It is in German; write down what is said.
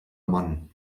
mann